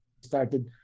started